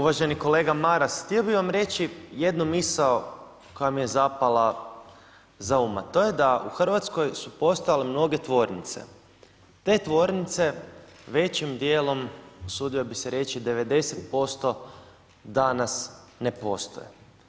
Uvaženi kolega Maras, htio bi vam reći jednu misao koja mi je zapala za um a to je da u Hrvatskoj su postojale mnoge tvornice, te tvornice većim djelom usudio bi se reći, 90% danas ne postoje.